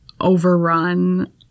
overrun